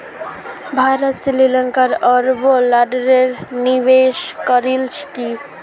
भारत श्री लंकात अरबों डॉलरेर निवेश करील की